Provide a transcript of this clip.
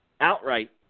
outright